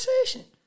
conversation